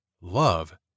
love